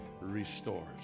restores